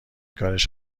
کارش